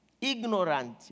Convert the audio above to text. ignorant